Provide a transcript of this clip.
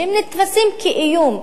שהם נתפסים כאיום.